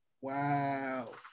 Wow